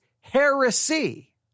heresy